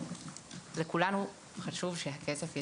לכולנו חשוב שהכסף יצא.